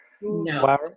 No